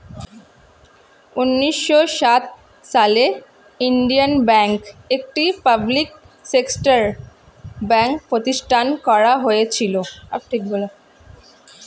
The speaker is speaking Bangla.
উন্নিশো সাত সালে ইন্ডিয়ান ব্যাঙ্ক, একটি পাবলিক সেক্টর ব্যাঙ্ক প্রতিষ্ঠান করা হয়েছিল